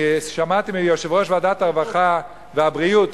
שמעתי מיושב-ראש ועדת הרווחה והבריאות,